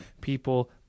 people